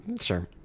Sure